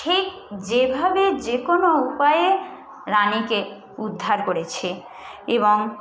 ঠিক যেভাবে যে কোনো উপায়ে রানিকে উদ্ধার করেছে এবং